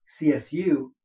CSU